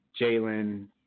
Jalen